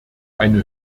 eine